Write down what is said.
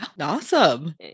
awesome